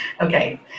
Okay